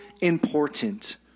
important